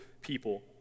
people